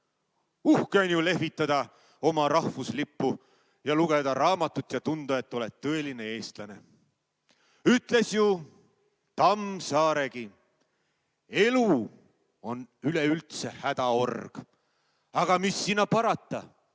Uhke on ju lehvitada oma rahvuslippu, lugeda raamatut ja tunda, et oled tõeline eestlane. Ütles ju Tammsaaregi, et elu on üleüldse hädaorg. Aga mis sinna parata,